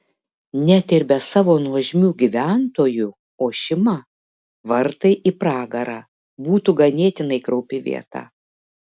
net ir be savo nuožmių gyventojų ošima vartai į pragarą būtų ganėtinai kraupi vieta